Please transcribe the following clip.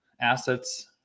assets